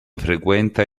frequenta